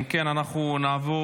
אם כן, אנחנו נעבור